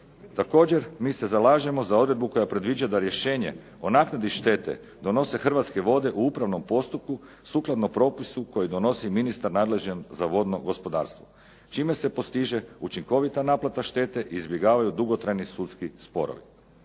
Također, mi se zalažemo za odredbu koja predviđa da rješenje o naknadi štete donose Hrvatske vode u upravnom postupku sukladno propisu koji donosi ministar nadležan za vodno gospodarstvo čime se postiže učinkovita naplata štete i izbjegavaju dugotrajni sudski sporovi.